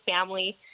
family